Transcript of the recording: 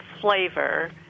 flavor